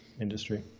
industry